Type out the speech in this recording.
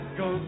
go